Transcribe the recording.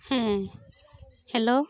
ᱦᱮᱸ ᱦᱮᱞᱳ